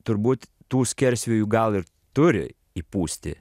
turbūt tų skersvėjų gal ir turi įpūsti